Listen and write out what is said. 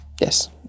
Yes